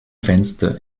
fenster